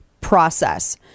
process